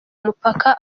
mupaka